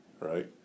right